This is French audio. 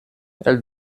elle